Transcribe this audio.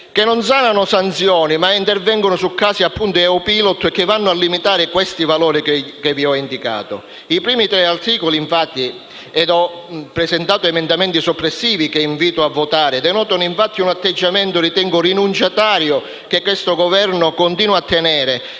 che non sanano sanzioni, ma intervengono su casi EU Pilot che vanno a limitare i valori che ho indicato. I primi tre articoli, su cui ho presentato emendamenti soppressivi che invito a votare, denotano infatti un atteggiamento rinunciatario che questo Governo continua a tenere